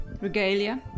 regalia